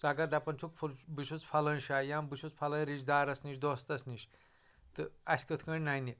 ژٕ اگر دپان چھُکھ بہٕ چھُس فلٲنۍ جایہِ یا بہٕ چھُس فلٲنۍ رشتہٕ دارس نِش یا دوستس نِش تہٕ اسہِ کٕتھ کٲنٹھۍ ننہِ